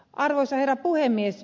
arvoisa herra puhemies